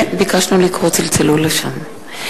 כן, ביקשנו לקרוא, צלצלו לשם.